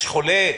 יש חולה,